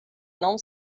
não